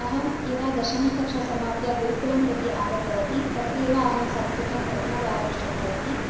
अहं यदा दशमकक्षा समाप्य गुरुकुलं प्रति आगतवती तत्रैव अहं संस्कृतं प्रथमवारं श्रुतवती